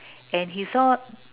and he saw